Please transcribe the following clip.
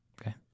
Okay